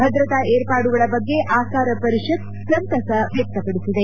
ಭದ್ರತಾ ಏರ್ಪಾಡುಗಳ ಬಗ್ಗೆ ಆಕಾರ ಪರಿಷತ್ ಸಂತಸ ವ್ಯಕ್ತಪಡಿಸಿದೆ